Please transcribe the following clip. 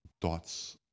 thoughts